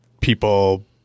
people